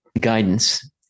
guidance